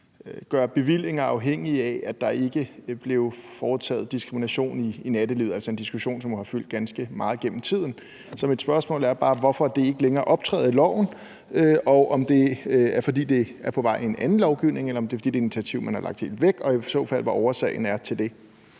gøre bevillinger afhængige af, at der ikke blev foretaget diskrimination i nattelivet – hvilket jo altså er en diskussion, som har fyldt ganske meget igennem tiden. Mit spørgsmål er bare, hvorfor det ikke længere optræder i lovforslaget, og om det er, fordi det er på vej ind i noget andet lovgivning, eller om det er, fordi det er et initiativ, man har lagt helt væk, og i så fald, hvad årsagen er til det.